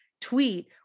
tweet